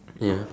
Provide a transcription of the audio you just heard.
ya